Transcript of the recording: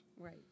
Right